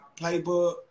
Playbook